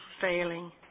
failing